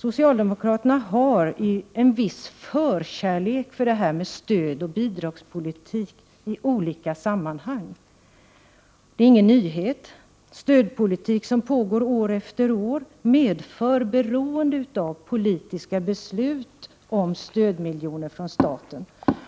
Socialdemokraterna har en viss förkärlek för stöd och bidragspolitik i olika sammanhang. Det är ingen nyhet. Stödpolitik som pågår år efter år medför beroende av politiska beslut om stödmiljoner från staten.